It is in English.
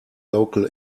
local